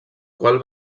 qual